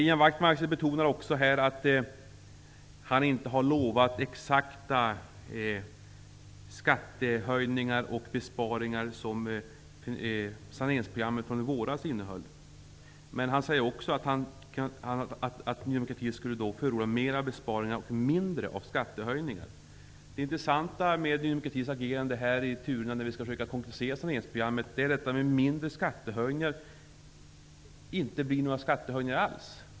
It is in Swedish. Ian Wachtmeister betonade här att han inte lovat de exakta skattehöjningar och besparingar som saneringsprogrammet från i våras innehåller. Men han säger också att Ny demokrati förordar mer av besparingar och mindre av skattehöjningar. Det intressanta med Ny demokratis agerande här när det gäller turerna med saneringsprogrammet är detta med mindre av skattehöjningar, som inte blir några skattehöjningar alls.